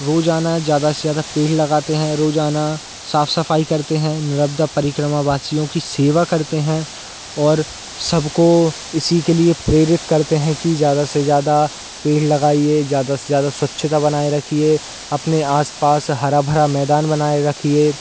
रोज़ाना ज़्यादा से ज़्यादा पेड़ लगते हैं रोज़ाना साफ़ सफ़ाई करते हैं नर्मदा परिक्रमा वासियों की सेवा करते हैं और सबको इसी के लिए प्रेरित करते हैं कि ज़्यादा से ज़्यादा पेड़ लगाइए ज़्यादा से ज़्यादा स्वच्छता बनाए रखिए अपने आस पास हरा भरा मैदान बनाए रखिए